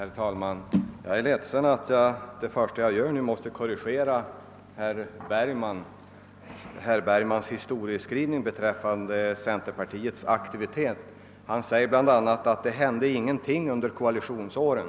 Herr talman! Jag är ledsen över att jag måste begära replik för att korrigera herr Bergmans historieskrivning beträffande centerpartiets aktivitet i lokaliseringsfrågan. Herr Bergman sade bla. att ingenting hände under koalitionsåren.